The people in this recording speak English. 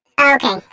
Okay